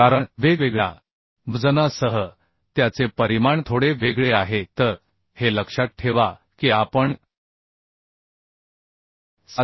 कारण वेगवेगळ्या वजनासह त्याचे परिमाण थोडे वेगळे आहे तर हे लक्षात ठेवा की आपण 710